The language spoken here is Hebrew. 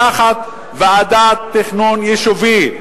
לקחת ועדת תכנון יישובי,